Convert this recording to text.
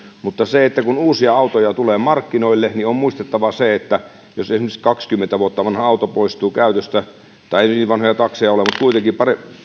mutta kun uusia autoja tulee markkinoille niin on muistettava se että jos esimerkiksi kaksikymmentä vuotta vanha auto poistuu käytöstä tai ei meillä niin vanhoja takseja ole mutta kuitenkin